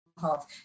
health